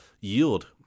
yield